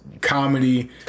comedy